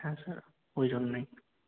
হ্যাঁ স্যার ওই জন্যই